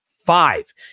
five